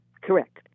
Correct